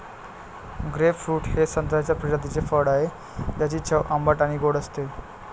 grapefruit हे संत्र्याच्या प्रजातीचे फळ आहे, ज्याची चव आंबट आणि गोड असते